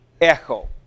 echo